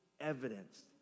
evidenced